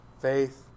faith